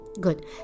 Good